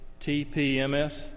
TPMS